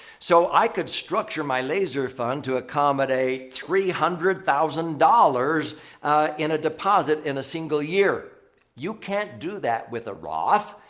so, i could structure my laser fund to accommodate three hundred thousand dollars in a deposit in a single year. you can't do that with a roth.